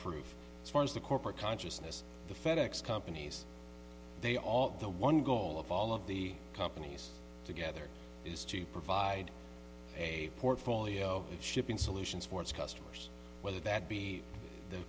proof forms the corporate consciousness the fenix companies they all the one goal of all of the companies together is to provide a portfolio of shipping solutions for its customers whether that be the